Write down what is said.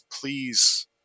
please